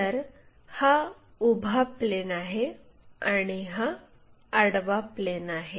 तर हा उभा प्लेन आहे आणि हा आडवा प्लेन आहे